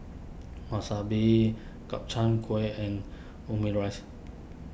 Wasabi Gobchang Gui and Omurice